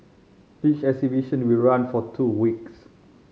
each exhibition will run for two weeks